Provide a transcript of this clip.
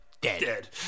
Dead